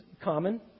common